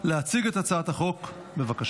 להלנה ולהעסקה של תושב זר השוהה בישראל שלא כדין,